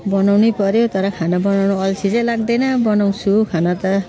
बनाउनै पर्यो तर खाना बनाउन अल्छी चाहिँ लाग्दैन बनाउँछु खाना त